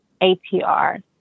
APR